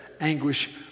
anguish